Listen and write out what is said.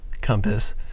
compass